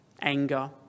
Anger